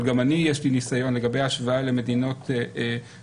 אבל גם לי יש ניסיון לגבי ההשוואה למדינות אחרות.